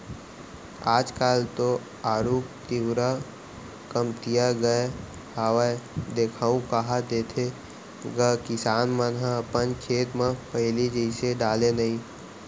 आज काल तो आरूग तिंवरा कमतिया गय हावय देखाउ कहॉं देथे गा किसान मन ह अपन खेत म पहिली जइसे डाले नइ